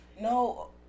No